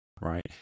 right